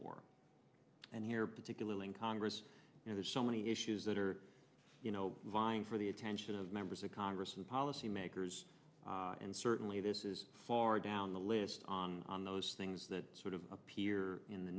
war and here particularly in congress you know there's so many issues that are you know vying for the attention of members of congress and policy makers and certainly this is far down the list on on those things that sort of appear in the